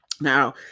Now